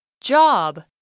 Job